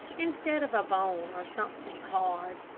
instead of a bone or something hard.